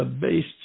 based